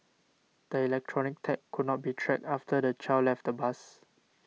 the electronic tag could not be tracked after the child left the bus